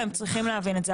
והם צריכים להבין את זה.